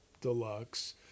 Deluxe